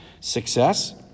Success